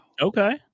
okay